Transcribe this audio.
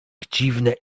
dziwne